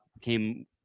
came